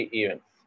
events